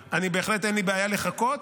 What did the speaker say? בהחלט אין לי בעיה לחכות.